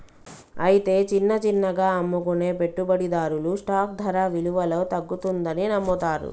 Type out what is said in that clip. అయితే చిన్న చిన్నగా అమ్ముకునే పెట్టుబడిదారులు స్టాక్ ధర విలువలో తగ్గుతుందని నమ్ముతారు